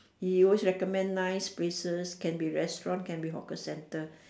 he always recommend nice places can be restaurant can be hawker center